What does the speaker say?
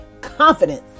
confidence